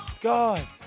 God